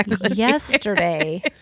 Yesterday